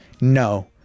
No